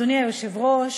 אדוני היושב-ראש,